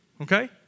Okay